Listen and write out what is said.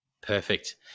Perfect